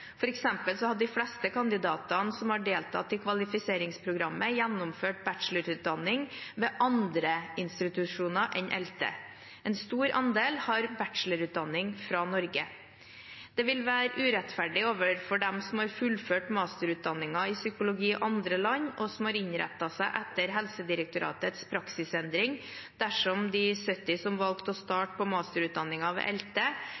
hadde de fleste kandidatene som har deltatt i kvalifiseringsprogrammet, gjennomført bachelorutdanning ved andre institusjoner enn ELTE. En stor andel har bachelorutdanning fra Norge. Det vil være urettferdig overfor de som har fullført masterutdanningen i psykologi i andre land, og som har innrettet seg etter Helsedirektoratets praksisendring, dersom de 70 som valgte å starte på masterutdanningen ved ELTE,